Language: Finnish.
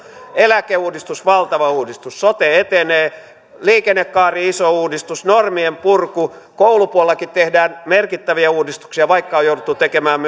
eläkeuudistus valtava uudistus sote etenee liikennekaari iso uudistus normien purku koulupuolellakin tehdään merkittäviä uudistuksia vaikka on jouduttu tekemään